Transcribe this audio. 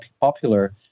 popular